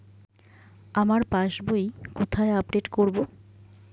আমার পাস বই কোথায় আপডেট করব?